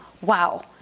wow